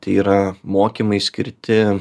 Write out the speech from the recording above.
tai yra mokymai skirti